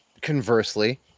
Conversely